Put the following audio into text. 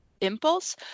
impulse